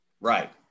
Right